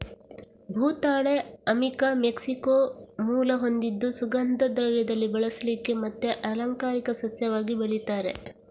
ಭೂತಾಳೆ ಅಮಿಕಾ ಮೆಕ್ಸಿಕೋ ಮೂಲ ಹೊಂದಿದ್ದು ಸುಗಂಧ ದ್ರವ್ಯದಲ್ಲಿ ಬಳಸ್ಲಿಕ್ಕೆ ಮತ್ತೆ ಅಲಂಕಾರಿಕ ಸಸ್ಯವಾಗಿ ಬೆಳೀತಾರೆ